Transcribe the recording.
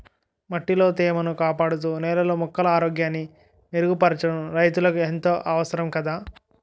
మట్టిలో తేమను కాపాడుతూ, నేలలో మొక్కల ఆరోగ్యాన్ని మెరుగుపరచడం రైతులకు ఎంతో అవసరం కదా